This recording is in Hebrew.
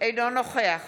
אינו נוכח